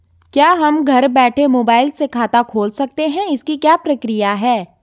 क्या हम घर बैठे मोबाइल से खाता खोल सकते हैं इसकी क्या प्रक्रिया है?